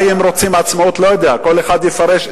זה הפירוש.